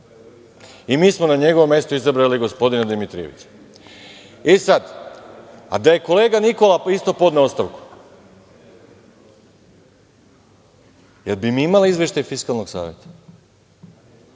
i mi smo na njegovom mestu izabrali gospodina Dimitrijevića. Sad, da je kolega Nikola isto podneo ostavku da li bi imali izveštaj Fiskalnog saveta?